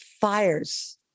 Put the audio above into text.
fires